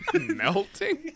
Melting